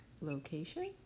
location